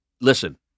listen